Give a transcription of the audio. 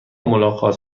ملاقات